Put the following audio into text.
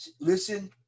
listen